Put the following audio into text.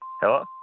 Hello